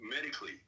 medically